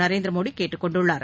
நரேந்திர மோடி கேட்டுக் கொண்டுள்ளார்